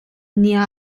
near